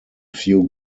few